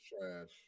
trash